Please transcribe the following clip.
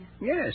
Yes